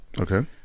Okay